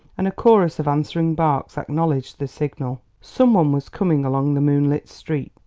and a chorus of answering barks acknowledged the signal some one was coming along the moonlit street.